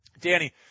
Danny